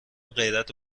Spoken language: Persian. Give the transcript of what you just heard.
غیرت